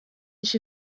she